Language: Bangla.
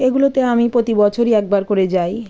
এগুলোতে আমি প্রতি বছরই একবার করে যাই